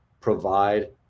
provide